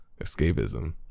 escapism